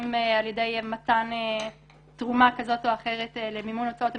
על ידי מתן תרומה כזאת או אחרת למימון הוצאות המשפט,